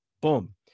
Boom